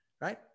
right